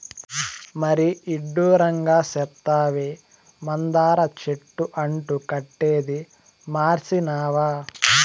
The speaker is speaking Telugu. మరీ ఇడ్డూరంగా సెప్తావే, మందార చెట్టు అంటు కట్టేదీ మర్సినావా